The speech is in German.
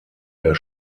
der